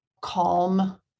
calm